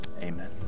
amen